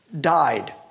died